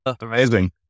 Amazing